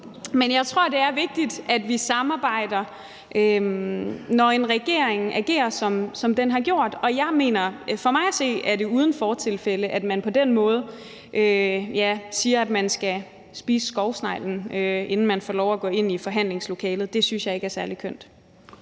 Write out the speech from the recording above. Men jeg tror, det er vigtigt, at vi samarbejder, når en regering agerer, som den har gjort, og for mig at se er det uden fortilfælde, at man på den måde siger, at man skal spise skovsneglen, inden man får lov til at gå ind i forhandlingslokalet. Det synes jeg ikke er særlig kønt.